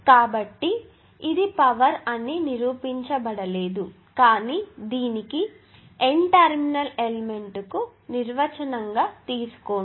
కాబట్టి ఇది పవర్ అని నిరూపించబడలేదు కాని దీనికి N టెర్మినల్ ఎలిమెంట్ కు నిర్వచనంగా తీసుకోండి